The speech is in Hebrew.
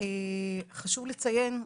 חשוב לציין,